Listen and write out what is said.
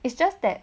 it's just that